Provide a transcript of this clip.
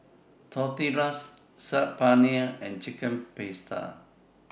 Tortillas Saag Paneer and Chicken Pasta